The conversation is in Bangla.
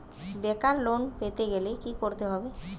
বেকার লোন পেতে গেলে কি করতে হবে?